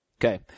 Okay